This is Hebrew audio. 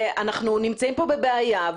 ואנחנו נמצאים בבעיה.